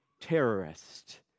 terrorist